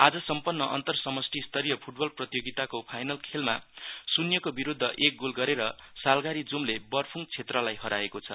आज सम्पन्न अन्तर समष्टि स्तरीय फूटबल प्रतियोगिताको फाइनल खेलमा सुन्यको विरोद्ध एक गोल गरेर सालघारी जूमले बर्फुङ क्षेत्रलाई हराएको छ